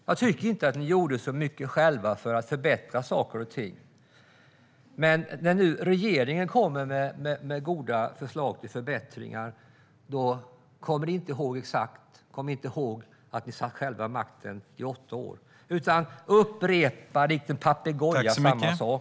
Jag tycker inte att ni gjorde så mycket själva för att förbättra saker och ting, men när nu regeringen kommer med goda förslag till förbättringar kommer ni inte ihåg att ni själva satt vid makten i åtta år utan upprepar samma sak likt en papegoja.